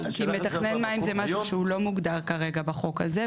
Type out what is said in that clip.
כי מתכנן מים זה משהו שלא מוגדר כרגע בחוק הזה,